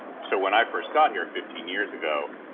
so when i first got here fifteen years ago,